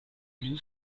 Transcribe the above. new